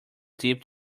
deep